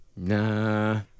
Nah